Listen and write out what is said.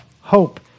hope